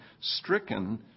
stricken